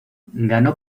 ganó